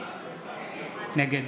נגד